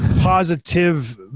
positive